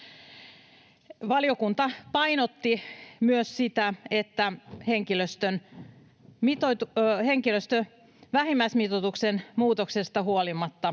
Valiokunta painotti myös sitä, että henkilöstön vähimmäismitoituksen muutoksesta huolimatta